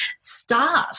start